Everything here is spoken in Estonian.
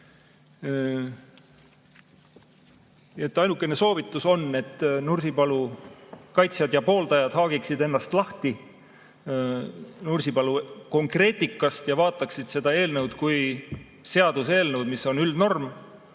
Ainuke soovitus on, et Nursipalu kaitsjad ja pooldajad haagiksid ennast lahti Nursipalu konkreetikast ja vaataksid seda eelnõu kui seaduseelnõu, mis on üldnorm.